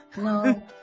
no